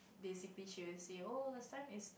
basically she was say oh last time is